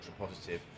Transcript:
ultra-positive